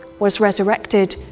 was resurrected,